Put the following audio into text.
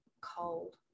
cold